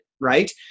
Right